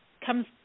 Comes